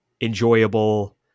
enjoyable